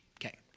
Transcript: Okay